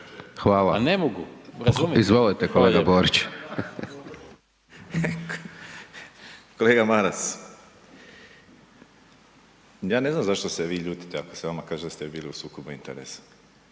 Izvolite kolega Borić. **Borić, Josip (HDZ)** Kolega Maras, ja ne znam zašto se vi ljutite ako se vama kaže da ste bili u sukobu interesa